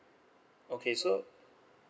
okay so